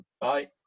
Bye